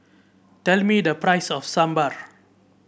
tell me the price of Sambared